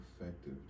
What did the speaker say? effective